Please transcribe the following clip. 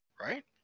right